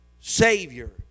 Savior